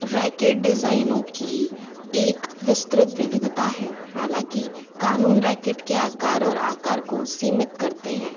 racket डिजाइनों की एक विस्तृत विविधता है हालाँकि कानून रैकेट के आकार और आकार को सीमित करते हैं